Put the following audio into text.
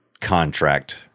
contract